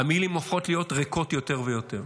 המילים הופכות להיות ריקות יותר ויותר,